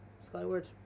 Skyward